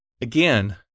again